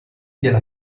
della